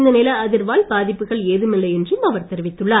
இந்த நில அதிர்வால் பாதிப்புகள் ஏதுமில்லை என்றும் அவர் தெரிவித்தார்